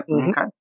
okay